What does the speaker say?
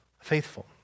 faithful